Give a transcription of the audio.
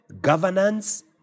governance